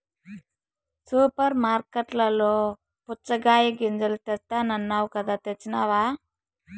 super మార్కట్లలో పుచ్చగాయ గింజలు తెస్తానన్నావ్ కదా తెచ్చినావ